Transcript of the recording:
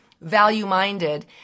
value-minded